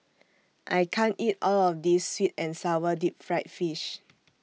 I can't eat All of This Sweet and Sour Deep Fried Fish